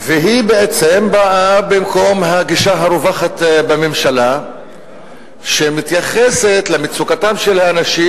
והיא בעצם באה במקום הגישה הרווחת בממשלה שמתייחסת למצוקתם של האנשים